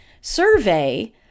survey